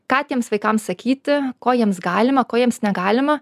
ką tiems vaikams sakyti ko jiems galima ko jiems negalima